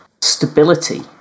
stability